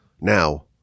now